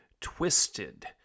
twisted